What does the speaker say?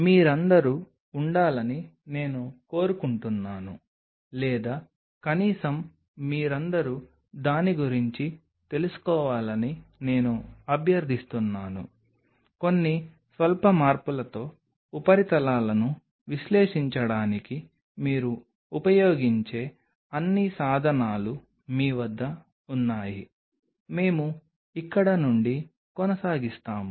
ఇప్పుడు ఉపరితల విశ్లేషణ చేయడం మరియు మీరు చేయగలిగే సులభమైన మరియు అత్యంత సమగ్రమైన ఉపరితల విశ్లేషణలలో ఒకటి XPS XPS అంటే x RAY photoelectron spectroscopy అంటే కొన్ని స్వల్ప మార్పులతో మేము ఇక్కడ నుండి కొనసాగిస్తాము